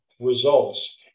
results